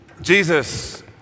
Jesus